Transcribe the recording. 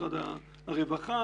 משרד הרווחה,